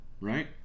right